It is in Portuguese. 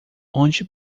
onde